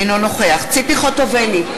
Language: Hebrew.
אינו נוכח ציפי חוטובלי,